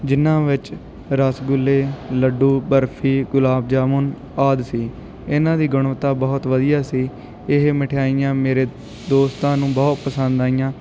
ਜਿਨ੍ਹਾਂ ਵਿੱਚ ਰਸਗੁੱਲੇ ਲੱਡੂ ਬਰਫੀ ਗੁਲਾਬ ਜਾਮੁਨ ਆਦਿ ਸੀ ਇਹਨਾਂ ਦੀ ਗੁਣਵੱਤਾ ਬਹੁਤ ਵਧੀਆ ਸੀ ਇਹ ਮਠਿਆਈਆਂ ਮੇਰੇ ਦੋਸਤਾਂ ਨੂੰ ਬਹੁਤ ਪਸੰਦ ਆਈਆਂ